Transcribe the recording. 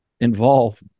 involved